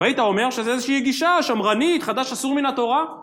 היית אומר, שזו איזושהי גישה שמרנית, חדש אסור מן התורה?